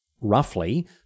roughly